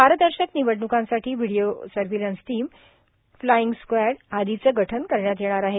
पारदर्शक निवडण्कांसाठी video surveillance team flying squad आदीचे गठन करण्यात येणार आहे